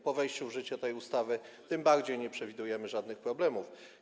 Po wejściu w życie tej ustawy tym bardziej nie przewidujemy żadnych problemów.